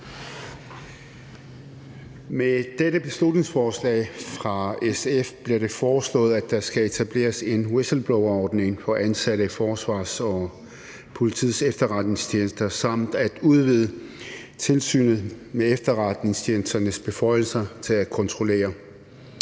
Med dette beslutningsforslag fra SF bliver det foreslået, at der skal etableres en whistleblowerordning for ansatte i Forsvarets og Politiets Efterretningstjenester samt at udvide Tilsynet med Efterretningstjenesternes beføjelser til at kontrollere.